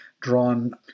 drawn